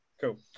Cool